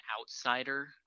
outsider